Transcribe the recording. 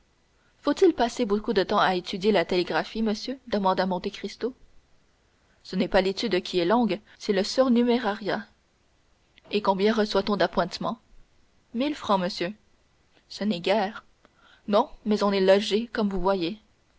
faut-il passer beaucoup de temps à étudier la télégraphie monsieur demanda monte cristo ce n'est pas l'étude qui est longue c'est le surnumérariat et combien reçoit on d'appointements mille francs monsieur ce n'est guère non mais on est logé comme vous voyez